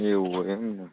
એવું એમ ને